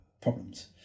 problems